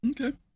Okay